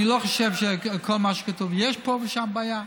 אני לא חושב שכל מה שכתוב, יש פה ושם בעיה,